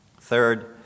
Third